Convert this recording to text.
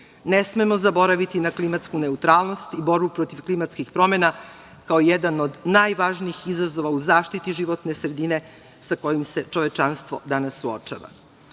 ne smemo zaboraviti na klimatsku neutralnost i borbu protiv klimatskih promena, kao jedan od najvažnijih izazova u zaštiti životne sredine sa kojim se čovečanstvo danas suočava. Srbija